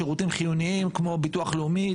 שירותים חיוניים כמו ביטוח לאומי,